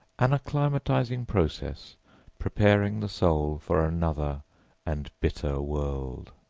an acclimatizing process preparing the soul for another and bitter world.